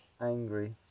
angry